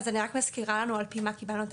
אז אני רק מזכירה לנו על פי קיבלנו את